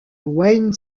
wayne